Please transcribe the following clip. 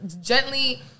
gently